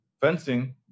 fencing